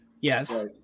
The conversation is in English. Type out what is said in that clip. Yes